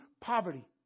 Poverty